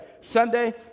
Sunday